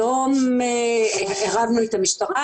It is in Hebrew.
היום עירבנו את המשטרה,